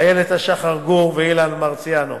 איילת-השחר גור ואילן מרסיאנו.